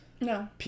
No